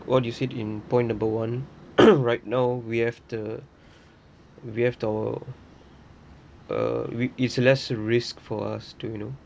what you said in point number one right now we have the we have the uh we is less risk for us do you know